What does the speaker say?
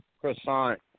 croissant